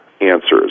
answers